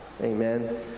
Amen